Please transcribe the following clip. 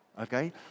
Okay